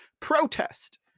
protest